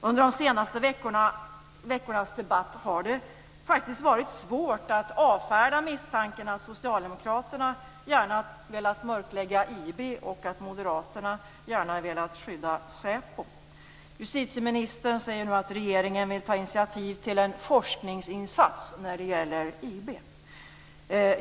Under de senaste veckornas debatt har det faktiskt varit svårt att avfärda misstanken att socialdemokraterna gärna velat mörklägga IB och att moderaterna gärna velat skydda SÄPO. Justitieministern säger nu att regeringen vill ta initiativ till en forskningsinsats när det gäller IB.